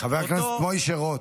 חבר הכנסת משה רוט.